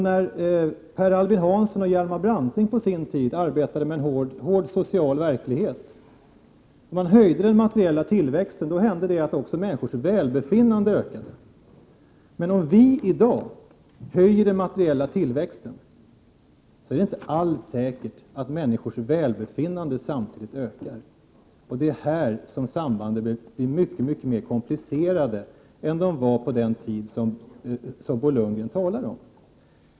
När Per Albin Hansson och Hjalmar Branting på sin tid arbetade med en hård social verklighet och man höjde den materiella tillväxten, då hände det att också människors välbefinnande ökade. Men om vi i dag höjer den materiella tillväxten, är det inte alls säkert att människors välbefinnande samtidigt ökar. Här blir sambanden mycket mycket mer komplicerade än de var på den tid som Bo Lundgren talar om.